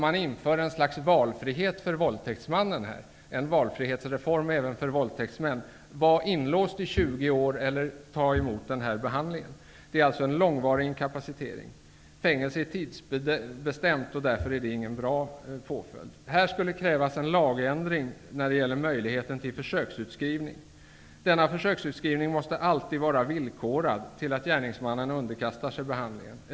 Man inför här ett slags valfrihet, en valfrihetsreform även för våldtäktsmän. Man kan då säga: Var inlåst i 20 år eller ta emot den här behandlingen! Det är alltså fråga om en långvarig inkapacitering. Fängelse är tidsbestämt och är därför ingen bra påföljd i detta sammanhang. Det skulle krävas en lagändring vad avser möjligheten till försöksutskrivning. Försöksutskrivningen måste alltid vara villkorad av att gärningsmannen underkastar sig behandling.